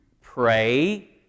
pray